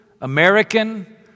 American